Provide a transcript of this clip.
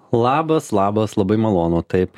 labas labas labai malonu taip